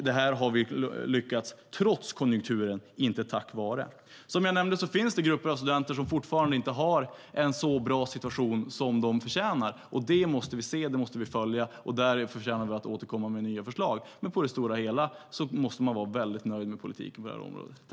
Detta har vi lyckats med trots konjunkturen - inte tack vare. Som jag nämnde finns det grupper av studenter som fortfarande inte har en så bra situation som de förtjänar. Det måste vi se och följa. Där måste vi återkomma med nya förslag, men på det stora hela får man vara väldigt nöjd med politiken på det här området.